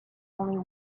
only